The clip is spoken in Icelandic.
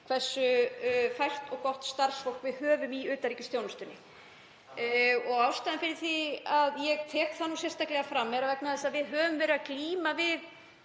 hversu fært og gott starfsfólk við höfum í utanríkisþjónustunni. Ástæðan fyrir því að ég tek það sérstaklega fram er sú að við höfum verið að glíma við